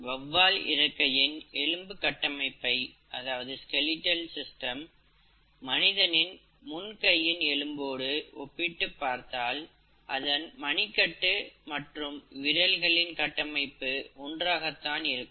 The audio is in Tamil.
வவ்வால் இறக்கையின் எலும்பு கட்டமைப்பை மனிதனின் முன் கையின் எலும்போடு ஒப்பிட்டுப் பார்த்தால் அதன் மணிக்கட்டு மற்றும் விரல்களின் கட்டமைப்பு ஒன்றாகத்தான் இருக்கும்